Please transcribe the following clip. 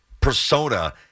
persona